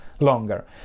longer